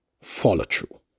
follow-through